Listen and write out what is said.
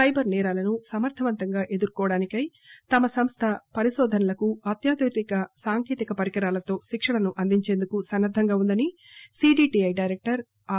cyber నేరాలను సమర్ణవంతంగా ఎదుర్కొవడానికై తమ సంస్ల పరిశోధనలకు అత్యాధునిక సాంకేతిక పరికరాలతో శిక్షణను అందించేందుకు సన్న ద్దంగా ఉందని సిడిటిఐ డైరెక్టర్ ఆర్